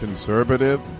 Conservative